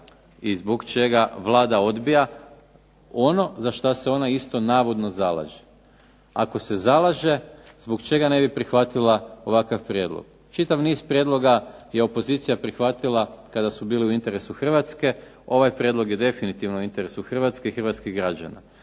i zbog čega Vlada odbija ono za što se ona isto navodno zalaže. Ako se zalaže zbog čega ne bi prihvatila ovakav prijedlog. Čitav niz prijedloga je opozicija prihvatila kada su bili u interesu Hrvatske. Ovaj prijedlog je definitivno u interesu Hrvatske i hrvatskih građana.